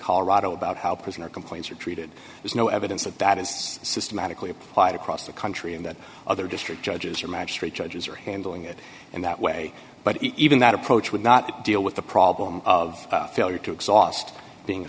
colorado about how prisoner complaints are treated there's no evidence that that is systematically applied across the country and that other district judges are magistrate judges are handling it in that way but even that approach would not deal with the problem of failure to exhaust being